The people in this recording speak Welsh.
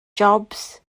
jobs